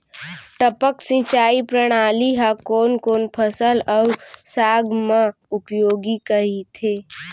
टपक सिंचाई प्रणाली ह कोन कोन फसल अऊ साग म उपयोगी कहिथे?